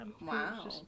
Wow